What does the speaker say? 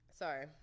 Sorry